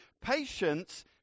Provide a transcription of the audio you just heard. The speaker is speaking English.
patience